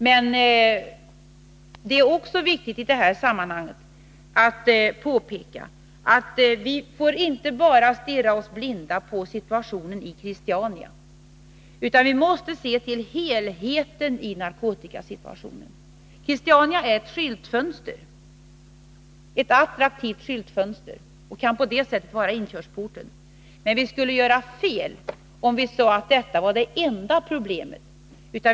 Men det är också viktigt i det här sammanhanget att påpeka att vi inte bara får stirra oss blinda på situationen i Christiania, utan att vi också måste se till helheten i fråga om narkotikasituationen. Christiania är ett attraktivt skyltfönster och kan av det skälet vara inkörsporten. Men vi skulle göra fel om vi sade att detta var det enda problemet.